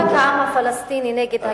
מאבק העם הפלסטיני נגד הכיבוש,